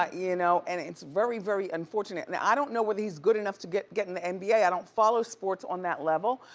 ah you know and it's very, very unfortunate. now and i don't know whether he's good enough to get get in the and nba, i don't follow sports on that level,